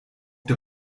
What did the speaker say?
der